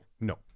No